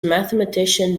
mathematician